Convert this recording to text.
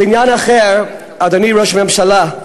לעניין אחר, אדוני ראש הממשלה,